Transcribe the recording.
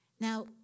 Now